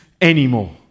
anymore